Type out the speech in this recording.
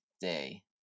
Day